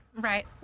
Right